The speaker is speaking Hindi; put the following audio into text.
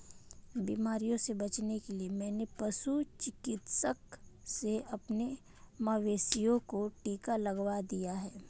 बीमारियों से बचने के लिए मैंने पशु चिकित्सक से अपने मवेशियों को टिका लगवा दिया है